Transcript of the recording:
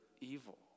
evil